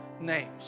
name